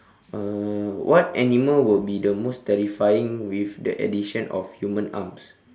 uh what animal would be the most terrifying with the addition of human arms